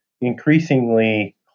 increasingly